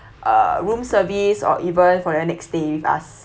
uh room service or even for your next stay with us